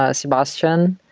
ah sebastian,